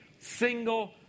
Single